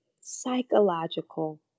psychological